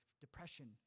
depression